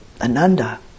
Ananda